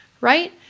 right